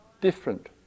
different